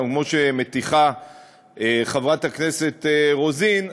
כמו אלה שמטיחה חברת הכנסת רוזין,